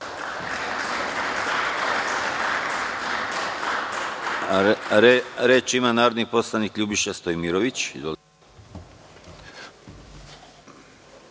Reč ima narodni poslanik Ljubiša Stojmirović.